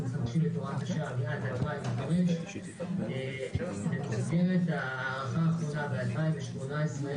אנחנו מחדשים את הוראת השעה מאז 2005. במסגרת ההארכה האחרונה בשנת 2018,